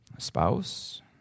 Spouse